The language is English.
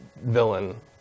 villain